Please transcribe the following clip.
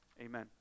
Amen